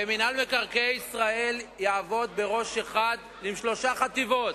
ומינהל מקרקעי ישראל יעבוד בראש אחד עם שלוש חטיבות.